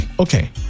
okay